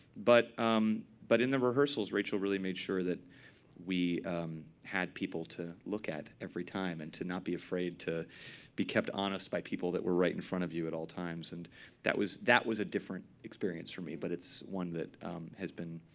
but um but in the rehearsals, rachel really made sure that we had people to look at every time, and to not be afraid to be kept honest by people that were right in front of you at all times. and that was that was a different experience for me. but it's one that has been